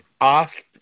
off